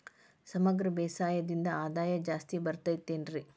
ಸಮಗ್ರ ಬೇಸಾಯದಿಂದ ಆದಾಯ ಜಾಸ್ತಿ ಬರತೈತೇನ್ರಿ?